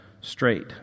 straight